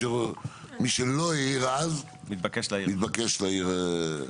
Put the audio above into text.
מי שלא העיר אז מתבקש להעיר,